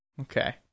Okay